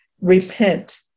repent